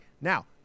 Now